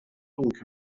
donc